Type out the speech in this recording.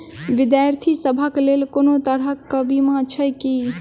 विद्यार्थी सभक लेल कोनो तरह कऽ बीमा छई की?